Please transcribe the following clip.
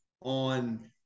on